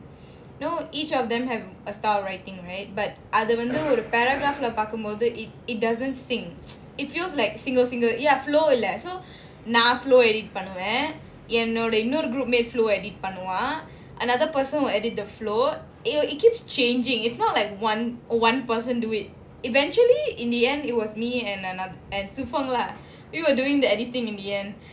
you know each of them have a style of writing right but அதுவந்து:adhu vandhu paragraph பார்க்கும்போது:parkumpothu it doesn't sync it feels like single single ya flow இல்ல:illa so நான்:nan flow பண்ணுவேன்:pannuven group mate flow பண்ணுவான்:pannuvan another person would edit the flow it keeps changing it's not like one one person do it eventually in the end it was me and and zifeng lah we were doing the editing in the end